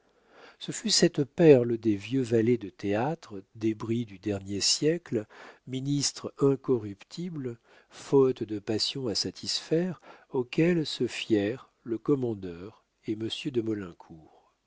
ce fut cette perle des vieux valets de théâtre débris du dernier siècle ministre incorruptible faute de passions à satisfaire auquel se fièrent le commandeur et monsieur de